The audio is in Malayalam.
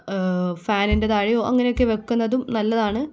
ഫാനിൻ്റെ താഴെയോ അങ്ങനെയൊക്കെ വെക്കുന്നതും നല്ലതാണ്